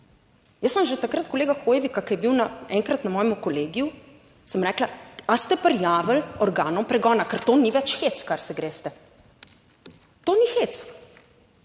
Jaz sem že takrat kolega Hoivika, ki je bil enkrat na mojem kolegiju, sem rekla, ali ste prijavili organom pregona? Ker to ni več hec kar se greste, to ni hec.